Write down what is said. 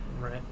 Right